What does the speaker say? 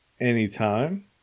anytime